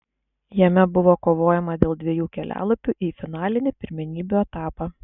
jame buvo kovojama dėl dviejų kelialapių į finalinį pirmenybių etapą